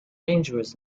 dangerous